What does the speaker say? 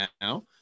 now